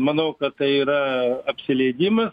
manau kad tai yra apsileidimas